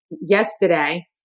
yesterday